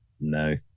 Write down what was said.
No